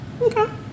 Okay